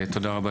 תודה רבה,